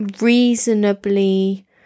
reasonably